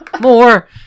More